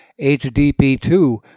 HDP-2